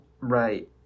right